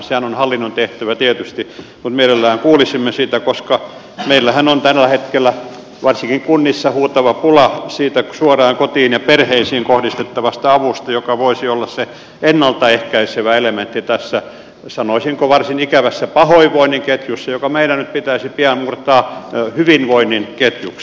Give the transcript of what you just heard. sehän on hallinnon tehtävä tietysti mutta mielellään kuulisimme siitä koska meillähän on tällä hetkellä varsinkin kunnissa huutava pula siitä suoraan kotiin ja perheisiin kohdistettavasta avusta joka voisi olla se ennaltaehkäisevä elementti tässä sanoisinko varsin ikävässä pahoinvoinnin ketjussa joka meidän nyt pitäisi pian murtaa hyvinvoinnin ketjuksi